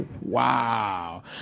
Wow